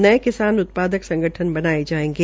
नये किसान उत्पादक संगठन बनाये जायेंगे